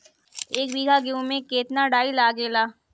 एक बीगहा गेहूं में केतना डाई लागेला?